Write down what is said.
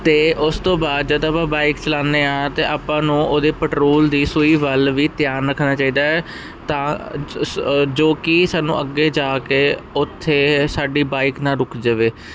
ਅਤੇ ਉਸ ਤੋਂ ਬਾਅਦ ਜਦ ਆਪਾਂ ਬਾਈਕ ਚਲਾਉਂਦੇ ਹਾਂ ਅਤੇ ਆਪਾਂ ਨੂੰ ਉਹਦੇ ਪੈਟਰੋਲ ਦੀ ਸੂਈ ਵੱਲ ਵੀ ਧਿਆਨ ਰੱਖਣਾ ਚਾਹੀਦਾ ਤਾਂ ਸ ਜੋ ਕਿ ਸਾਨੂੰ ਅੱਗੇ ਜਾ ਕੇ ਉੱਥੇ ਸਾਡੀ ਬਾਈਕ ਨਾ ਰੁੱਕ ਜਾਵੇ